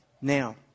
Now